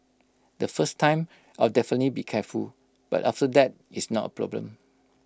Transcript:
the first time I'll definitely be careful but after that it's not A problem